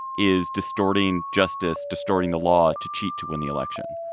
is distorting justice, distorting the law to cheat, to win the election.